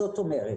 זאת אומרת,